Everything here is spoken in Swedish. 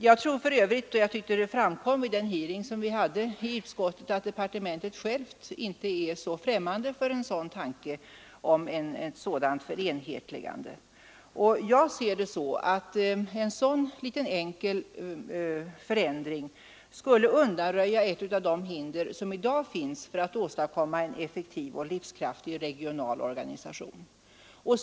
För övrigt tror jag — jag tyckte det framkom vid den hearing vi hade i utskottet — att departementet självt inte är så främmande för tanken på ett sådant förenhetligande. Jag ser det så att en sådan jämförelsevis enkel förändring skulle undanröja ett av de hinder som i dag finns för att åstadkomma en effektiv och livskraftig regional organisation.